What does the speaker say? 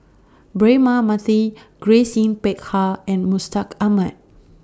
Braema Mathi Grace Yin Peck Ha and Mustaq Ahmad